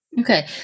Okay